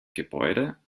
gebäude